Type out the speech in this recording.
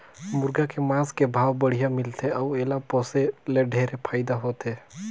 मुरगा के मांस के भाव बड़िहा मिलथे अउ एला पोसे ले ढेरे फायदा होथे